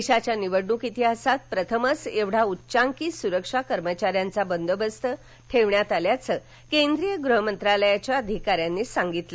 देशाच्या निवडणूक इतिहासात प्रथमच एवढा उच्चांकी सुरक्षा कर्मचाऱ्यांचा बंदोबस्त ठेवण्यात आल्याच केंद्रीय गृह मंत्रालयाच्या अधिकाऱ्यांनी सांगितलं